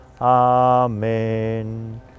Amen